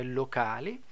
locali